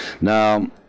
Now